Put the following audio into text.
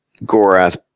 Gorath